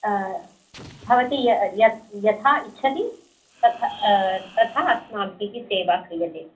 भवती यथा इच्छति तथा अस्माभिः सेवा क्रियते